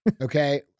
Okay